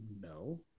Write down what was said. No